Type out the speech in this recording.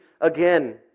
again